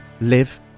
live